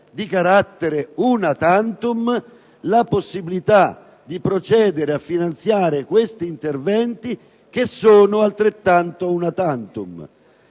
di carattere *una tantum*,la possibilità di procedere a finanziare tali interventi, che sono altrettanto *una tantum*.